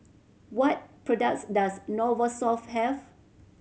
what products does Novosource have